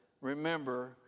remember